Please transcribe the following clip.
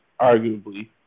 arguably